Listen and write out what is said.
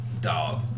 dog